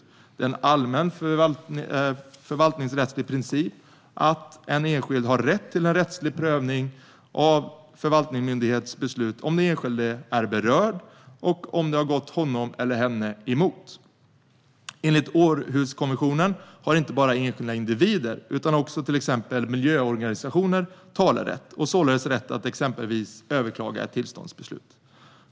Det är en allmän förvaltningsrättslig princip att en enskild har rätt till rättslig prövning av en förvaltningsmyndighets beslut om den enskilde är berörd och beslutet har gått honom eller henne emot. Enligt Århuskonventionen har inte bara enskilda individer utan också till exempel miljöorganisationer talerätt och således rätt att exempelvis överklaga ett tillståndsbeslut.